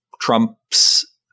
Trump's